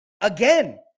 again